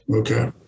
Okay